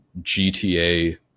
GTA